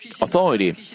authority